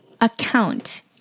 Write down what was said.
account